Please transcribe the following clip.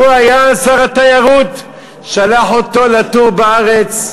הוא היה שר התיירות, שלח אותו לתור בארץ,